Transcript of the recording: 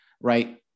right